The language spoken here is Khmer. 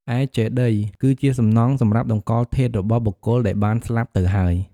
ឯចេតិយ គឺជាសំណង់សម្រាប់តម្កល់ធាតុរបស់បុគ្គលដែលបានស្លាប់ទៅហើយ។